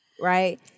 right